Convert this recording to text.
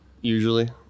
usually